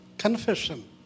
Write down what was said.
Confession